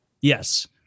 yes